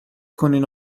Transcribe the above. کنین